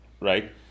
right